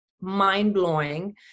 mind-blowing